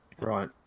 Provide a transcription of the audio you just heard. Right